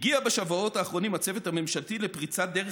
הגיע בשבועות האחרונים הצוות הממשלתי לפריצת דרך